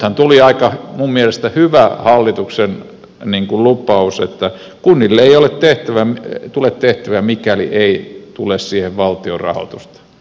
nythän tuli minun mielestäni aika hyvä hallituksen lupaus että kunnille ei tule tehtäviä mikäli ei tule siihen valtion rahoitusta